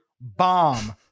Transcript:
bomb